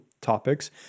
Topics